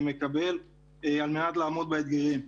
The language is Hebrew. מקבל על מנת לעמוד באתגרים.